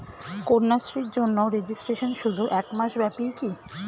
কন্যাশ্রীর জন্য রেজিস্ট্রেশন শুধু এক মাস ব্যাপীই কি?